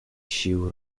sił